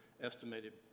estimated